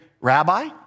Rabbi